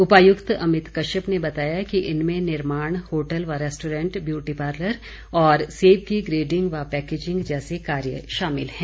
उपायुक्त अमित कश्यप ने बताया कि इनमें निर्माण होटल व रेस्टोरेंट ब्यूटीपार्लर और सेब की ग्रेडिंग व पैंकेजिंग जैसे कार्य शामिल है